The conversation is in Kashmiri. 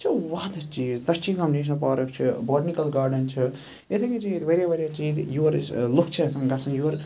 چھِ وہدٕ چیٖز داشی گام نیشنَل پارک چھِ بوٹنِکَل گاڈَن چھِ یِتھے کنۍ چھِ ییٚتہِ واریاہ واریاہ چیٖز یور أسۍ لُکھ چھِ یژھان گَژھٕنۍ یور